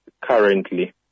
currently